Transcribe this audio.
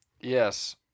Yes